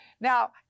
Now